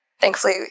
thankfully